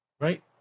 right